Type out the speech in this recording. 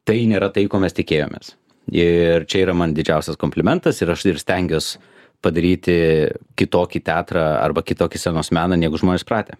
tai nėra tai ko mes tikėjomės ir čia yra man didžiausias komplimentas ir aš ir stengiuos padaryti kitokį teatrą arba kitokį scenos meną negu žmonės pratę